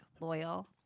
loyal